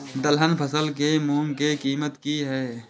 दलहन फसल के मूँग के कीमत की हय?